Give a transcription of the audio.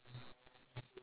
ya ya